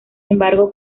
embargo